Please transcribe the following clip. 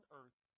earth